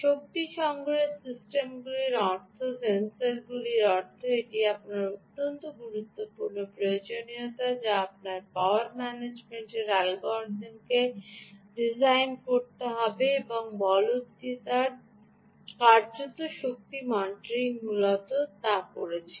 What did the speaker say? শক্তি সংগ্রহের সিস্টেমগুলি অর্থ সেন্সরগুলির অর্থ এটি আপনার অত্যন্ত গুরুত্বপূর্ণ প্রয়োজনীয়তা যা আপনার পাওয়ার ম্যানেজমেন্ট অ্যালগরিদমকে ডিজাইন করতে হবে এবং Power management কার্যত শর্ত মনিটরিং করছিল